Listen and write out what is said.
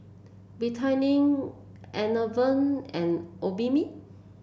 Betadine Enervon and Obimin